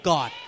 God